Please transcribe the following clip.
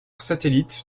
satellite